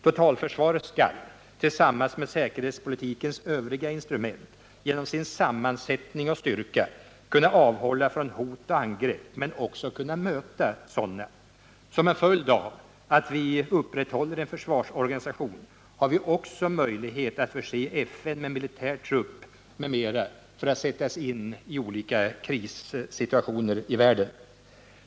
Totalförsvaret skall — tillsammans med säkerhetspolitikens övriga instrument — genom sin sammansättning och styrka kunna avhålla från hot och angrepp, men också kunna möta sådana. Som en följd av att vi upprätthåller en försvarsorganisation har vi också möjlighet att förse FN med militär trupp m.m. att sättas in i olika krissituationer i världen.